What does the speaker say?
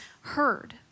heard